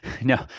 no